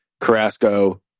carrasco